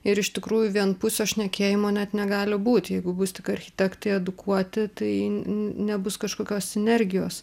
ir iš tikrųjų vienpusio šnekėjimo net negali būt jeigu bus tik architektai edukuoti tai n n nebus kažkokios sinergijos